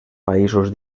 països